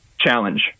challenge